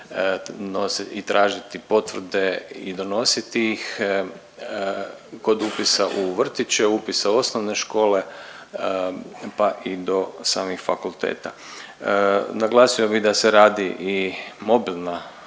i tražiti potvrde i donositi ih. Kod upisa u vrtiće, upisa u osnovne škole pa i do samih fakulteta. Naglasio bih da se radi i mobilna